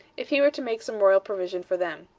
if he were to make some royal provision for them.